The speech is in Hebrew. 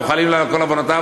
מוחלים על כל עוונותיו,